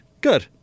good